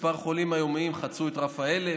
מספר החולים היומיים חצה את רף ה-1,000,